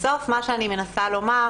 מה שאני מנסה לומר,